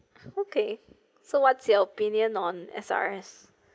okay so what's your opinion on S_R_S